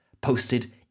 posted